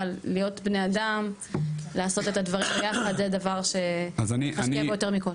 אבל להיות בני אדם לעשות את הדברים ביחד זה דבר שחשוב יותר מכל.